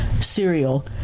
cereal